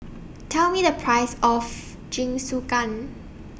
Tell Me The Price of Jingisukan